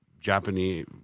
Japanese